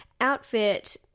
outfit